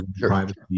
privacy